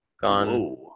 gone